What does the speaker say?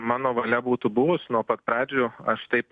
mano valia būtų buvus nuo pat pradžių aš taip